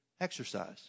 exercise